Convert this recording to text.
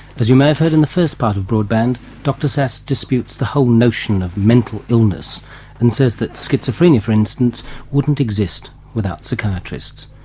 as you may have heard in the first part of broadband dr szasz disputes the whole notion of mental illness and says that schizophrenia for instance wouldn't exist without psychiatrists.